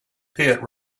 pit